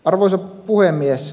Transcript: arvoisa puhemies